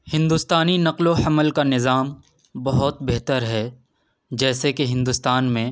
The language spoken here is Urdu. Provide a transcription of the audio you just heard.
ہندوستانی نقل و حمل کا نظام بہت بہتر ہے جیسے کہ ہندوستان میں